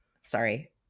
Sorry